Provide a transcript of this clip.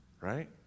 right